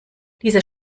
dieser